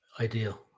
Ideal